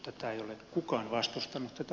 tätä ei ole kukaan vastustanut tätä